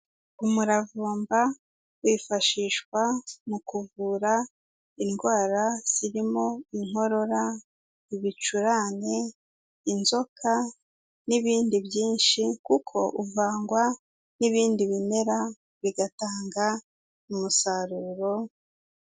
Umuravumba wifashishwa mu kuvura indwara zirimo inkorora, ibicurane, inzoka n'ibindi byinshi, kuko uvangwa n'ibindi bimera bigatanga umusaruro.